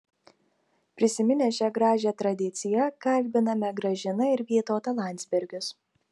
prisiminę šią gražią tradiciją kalbiname gražiną ir vytautą landsbergius